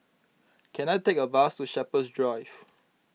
can I take a bus to Shepherds Drive